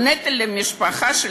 או על הצעירים במשפחה.